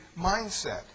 mindset